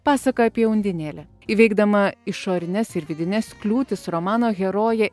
pasaką apie undinėlę įveikdama išorines ir vidines kliūtis romano herojė